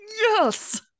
yes